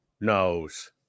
knows